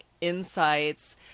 insights